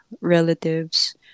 relatives